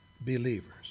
believers